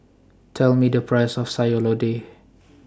Tell Me The Price of Sayur Lodeh